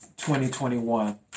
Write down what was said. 2021